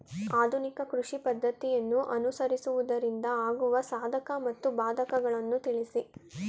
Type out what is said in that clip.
ಆಧುನಿಕ ಕೃಷಿ ಪದ್ದತಿಯನ್ನು ಅನುಸರಿಸುವುದರಿಂದ ಆಗುವ ಸಾಧಕ ಮತ್ತು ಬಾಧಕಗಳನ್ನು ತಿಳಿಸಿ?